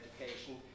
education